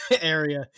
area